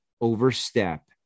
overstep